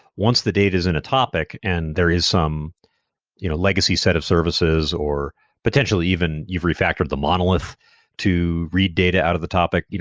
once the data is in a topic and there is some you know legacy set of services or potentially even you've re-factored the monolith to read data out of the topic.